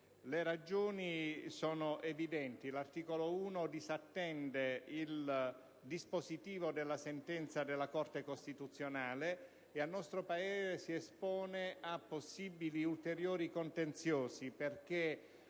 Le ragioni sono evidenti. L'articolo 1 disattende il dispositivo della sentenza della Corte costituzionale e, a nostro parere, si espone a possibili ulteriori contenziosi perché